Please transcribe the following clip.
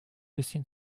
bisschen